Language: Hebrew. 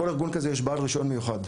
בכל ארגון כזה יש בעל רישיון מיוחד,